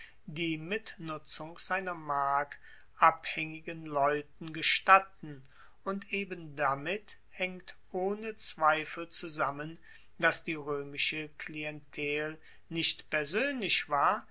die mitnutzung seiner mark abhaengigen leuten gestatten und eben damit haengt ohne zweifel zusammen dass die roemische klientel nicht persoenlich war